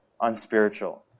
unspiritual